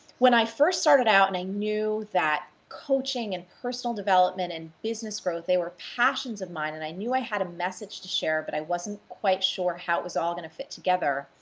when i first started out and i knew that coaching and personal development and business growth, they were passions of mine and i knew i had a message to share but i wasn't quite sure how it was all gonna fit together.